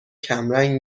کمرنگ